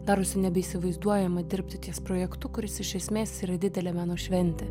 darosi nebeįsivaizduojama dirbti ties projektu kuris iš esmės yra didelė meno šventė